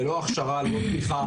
ללא הכשרה וללא אכיפה.